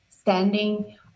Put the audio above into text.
standing